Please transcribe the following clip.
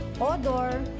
odor